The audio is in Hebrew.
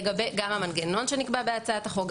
לגבי גם המנגנון שנקבע בהצעת החוק,